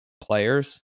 players